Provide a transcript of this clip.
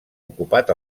ocupat